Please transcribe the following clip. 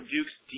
Duke's